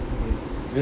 okay